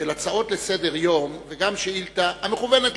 של הצעות לסדר-היום וגם שאילתא המכוונת